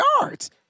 yards